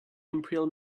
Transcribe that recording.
imperial